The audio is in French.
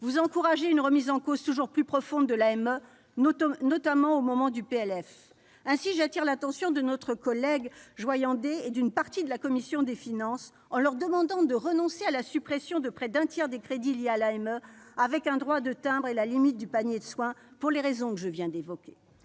encourage une remise en cause toujours plus profonde de l'AME, notamment au moment de l'examen du PLF. Je souhaite m'adresser à notre collègue M. Joyandet et à une partie de la commission des finances ; je leur demande de renoncer à la suppression de près d'un tiers des crédits liés à l'AME, au droit de timbre et à la limitation du panier de soins, pour les raisons que je viens d'évoquer.